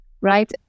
right